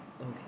Okay